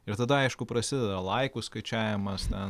ir tada aišku prasideda laikų skaičiavimas na